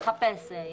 כן, אז תחפש.